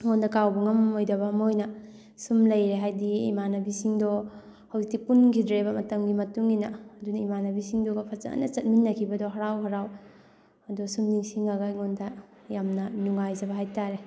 ꯑꯩꯉꯣꯟꯗ ꯀꯥꯎꯕ ꯉꯝꯅꯣꯏꯗꯕ ꯑꯃ ꯑꯣꯏꯅ ꯁꯨꯝ ꯂꯩꯔꯦ ꯍꯥꯏꯗꯤ ꯏꯃꯥꯟꯅꯕꯤꯁꯤꯡꯗꯣ ꯍꯧꯖꯤꯛꯇꯤ ꯄꯨꯟꯈꯤꯗ꯭ꯔꯦꯕ ꯃꯇꯝꯒꯤ ꯃꯇꯨꯡ ꯏꯟꯅ ꯑꯗꯨꯅ ꯏꯃꯥꯟꯅꯕꯤꯁꯤꯡꯗꯨꯒ ꯐꯖꯅ ꯆꯠꯃꯤꯟꯅꯈꯤꯕꯗꯣ ꯍꯔꯥꯎ ꯍꯔꯥꯎ ꯑꯗꯨ ꯁꯨꯝ ꯅꯤꯡꯁꯤꯡꯉꯒ ꯑꯩꯉꯣꯟꯗ ꯌꯥꯝꯅ ꯅꯨꯡꯉꯥꯏꯖꯕ ꯍꯥꯏꯇꯥꯔꯦ